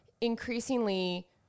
increasingly